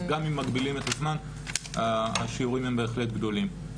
גם אם מגבילים את הזמן השיעורים הם בהחלט גדולים.